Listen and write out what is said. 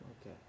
Okay